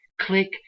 click